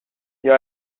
you